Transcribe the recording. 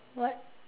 what